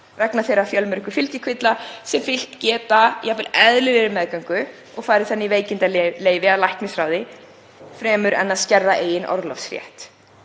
vegna þeirra fjölmörgu fylgikvilla sem fylgt geta jafnvel eðlilegri meðgöngu og fari þannig í veikindaleyfi að læknisráði fremur en að skerða eigin orlofsrétt.